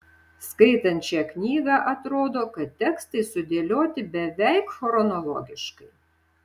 skaitant šią knygą atrodo kad tekstai sudėlioti beveik chronologiškai